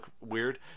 weird